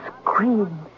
scream